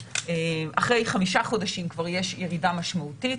אחרי חמישה חודשים כבר יש ירידה משמעותית.